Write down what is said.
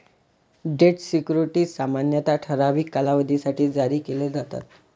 date securities सामान्यतः ठराविक कालावधीसाठी जारी केले जातात